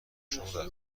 شغل